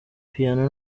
piano